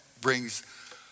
brings